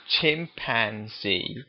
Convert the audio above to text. chimpanzee